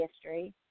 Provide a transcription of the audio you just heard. history